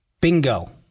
Bingo